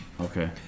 Okay